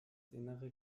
innere